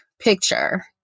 picture